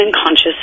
unconscious